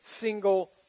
single